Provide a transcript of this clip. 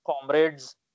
comrades